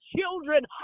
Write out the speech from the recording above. children